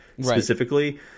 specifically